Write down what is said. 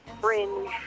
fringe